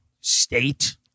state